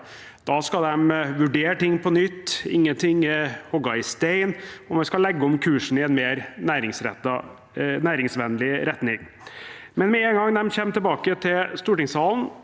Da skal de vurdere ting på nytt, ingenting er hugget i stein, og man skal legge om kursen i en mer næringsvennlig retning. Med en gang de kommer tilbake til stortingssalen,